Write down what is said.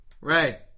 Ray